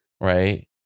right